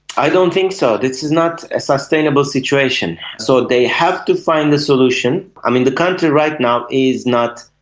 i don't think so, this is not a sustainable situation. so they have to find a solution. i mean, the country right now is not,